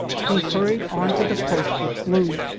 he hurried on to the post with blue,